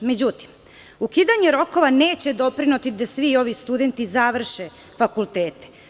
Međutim, ukidanje rokova neće doprineti da svi ovi studenti završe fakultete.